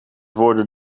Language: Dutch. woorden